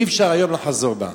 אי-אפשר שהיום היא תחזור בה.